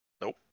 Nope